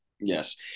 Yes